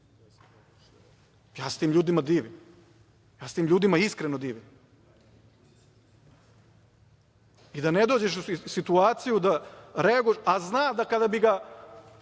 Ja se tim ljudima divim. Ja se tim ljudima iskreno divim. Da ne dođeš u situaciju da reaguješ, a zna da kada bi ga